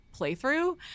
playthrough